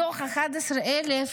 מתוך 11,000,